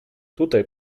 tutaj